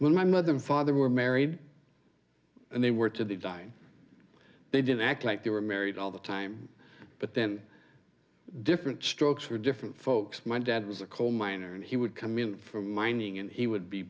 with my mother and father were married and they were to the dying they didn't act like they were married all the time but then different strokes for different folks my dad was a coal miner and he would come in from mining and he would be